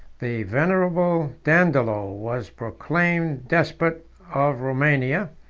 the venerable dandolo was proclaimed despot of romania,